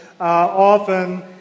often